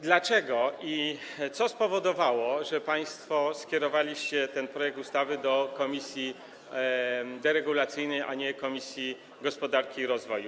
Dlaczego, co spowodowało, że państwo skierowaliście ten projekt ustawy do komisji deregulacyjnej, a nie Komisji Gospodarki i Rozwoju?